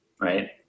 Right